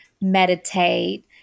meditate